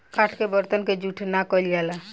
काठ के बरतन के जूठ ना कइल जाला